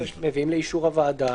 מביאים לאישור הוועדה